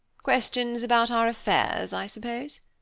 questions about our affairs, i suppose?